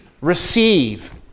receive